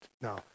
Now